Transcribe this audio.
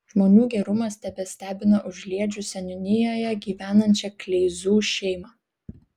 žmonių gerumas tebestebina užliedžių seniūnijoje gyvenančią kleizų šeimą